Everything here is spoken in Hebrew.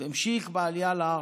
והמשיך בעלייה לארץ,